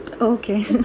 okay